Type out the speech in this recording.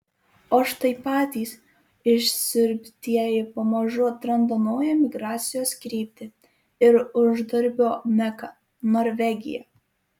o štai patys išsiurbtieji pamažu atranda naują migracijos kryptį ir uždarbio meką norvegiją